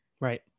right